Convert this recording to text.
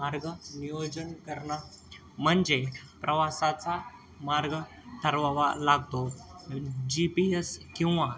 मार्ग नियोजन करणं म्हणजे प्रवासाचा मार्ग ठरवावा लागतो जी पी यस किंवा